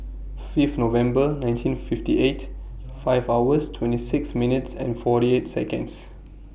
Fifth November nineteen fifty eight five hours twenty six minutes and forty eight Seconds